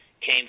came